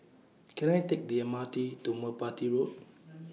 Can I Take The M R T to Merpati Road